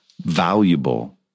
valuable